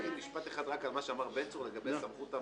להגיד משפט אחד על מה שאמר בן צור לגבי סמכות הוועדה.